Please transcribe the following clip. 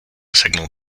signal